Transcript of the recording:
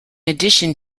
addition